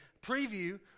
preview